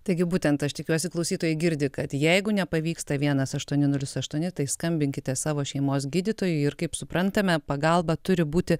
taigi būtent aš tikiuosi klausytojai girdi kad jeigu nepavyksta vienas aštuoni nulis aštuoni tai skambinkite savo šeimos gydytojui ir kaip suprantame pagalba turi būti